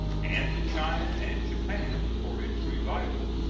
and to china and japan, for its revival.